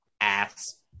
ass